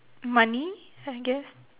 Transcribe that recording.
money I guess